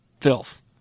filth